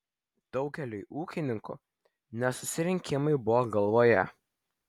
daugeliui ūkininkų ne susirinkimai buvo galvoje